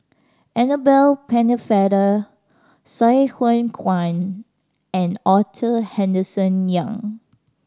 Annabel Pennefather Sai Hua Kuan and Arthur Henderson Young